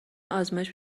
آزمایش